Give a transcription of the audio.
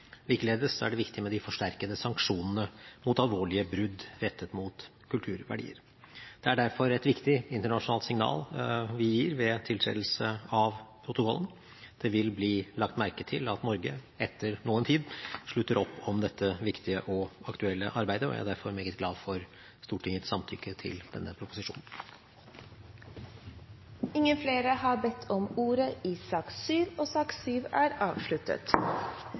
Likeledes er det viktig med de forsterkede sanksjonene mot alvorlige brudd rettet mot kulturverdier. Det er derfor et viktig internasjonalt signal vi gir ved tiltredelse av protokollen. Det vil bli lagt merke til at Norge – etter noen tid – slutter opp om dette viktige og aktuelle arbeidet, og jeg er derfor meget glad for Stortingets samtykke til denne proposisjonen. Flere har ikke bedt om ordet til sak nr. 7. Etter ønske fra energi- og